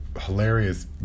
hilarious